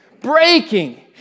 Breaking